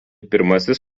pirmasis